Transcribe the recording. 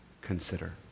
consider